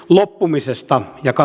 loppumisesta joka